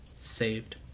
Saved